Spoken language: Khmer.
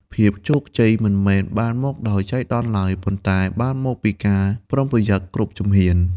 ភាពជោគជ័យមិនមែនបានមកដោយចៃដន្យឡើយ ប៉ុន្តែបានមកពីការប្រុងប្រយ័ត្នគ្រប់ជំហាន។